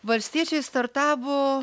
valstiečiai startavo